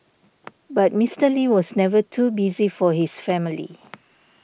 but Mister Lee was never too busy for his family